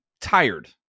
tired